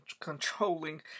controlling